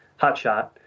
hotshot